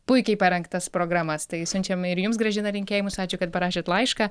puikiai parengtas programas tai siunčiam ir jums gražina linkėjimus ačiū kad parašėt laišką